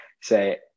say